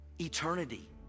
eternity